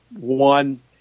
one